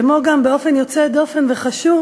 כמו גם באופן יוצא דופן וחשוב